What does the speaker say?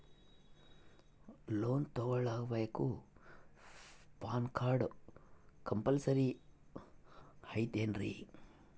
Loan ತೊಗೊಳ್ಳಾಕ PAN card compulsory ಐಯ್ತೇನ್ರಿ?